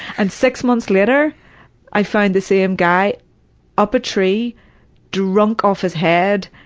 and six months later i find the same guy up a tree drunk off his head